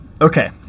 okay